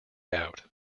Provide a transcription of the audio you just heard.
out